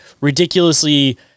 ridiculously